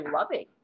loving